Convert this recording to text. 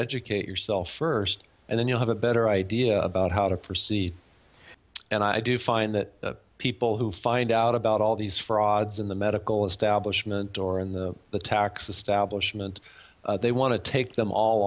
educate yourself first and then you'll have a better idea about how to proceed and i do find that people who find out about all these frauds in the medical establishment or and the taxes stablish meant they want to take them all